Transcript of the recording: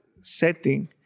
setting